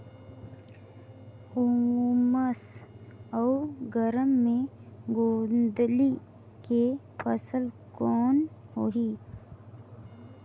उमस अउ गरम मे गोंदली के फसल कौन होही?